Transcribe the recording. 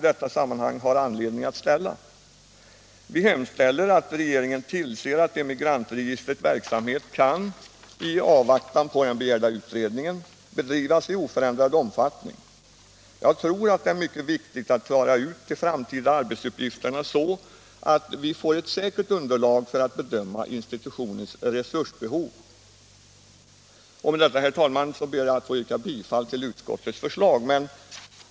Vi hemställer att regeringen tillser att Emigrantregistrets verksamhet kan — i avvaktan på den begärda utredningen — bedrivas i oförändrad omfattning. Jag tror att det är mycket viktigt att klara ut de framtida arbetsuppgifterna, så att vi får ett säkert underlag för att bedöma institutionens resursbehov. Med detta, herr talman, ber jag att få yrka bifall till utskottets förslag.